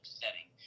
setting